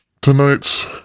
Tonight's